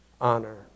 honor